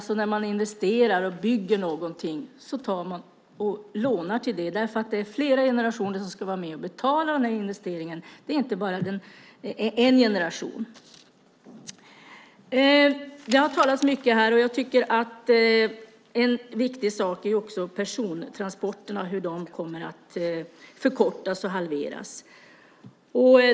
Men när man investerar i och bygger någonting lånar man till det därför att det inte är en generation utan flera generationer som ska vara med och betala investeringen. Mycket har sagts här, men en viktig sak är också hur persontransporterna kommer att förkortas, halveras.